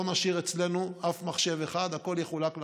לא נשאיר אצלנו אף מחשב אחד, הכול יחולק לתלמידים.